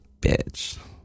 bitch